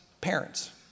parents